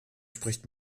spricht